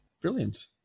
brilliant